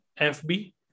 FB